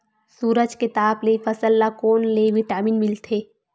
सूरज के ताप ले फसल ल कोन ले विटामिन मिल थे?